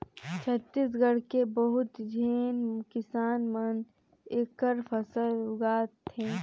छत्तीसगढ़ के बहुत झेन किसान मन एखर फसल उगात हे